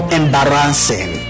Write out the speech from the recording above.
embarrassing